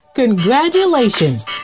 Congratulations